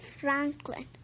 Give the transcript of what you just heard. Franklin